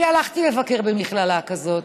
אני הלכתי לבקר במכללה כזאת,